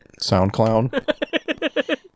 SoundClown